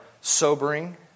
sobering